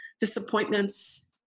disappointments